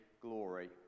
glory